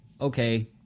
Okay